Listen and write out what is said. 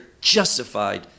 justified